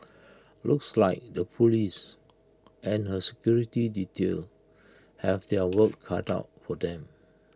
looks like the Police and her security detail have their work cut out for them